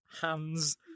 hands